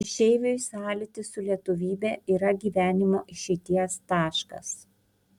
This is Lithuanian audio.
išeiviui sąlytis su lietuvybe yra gyvenimo išeities taškas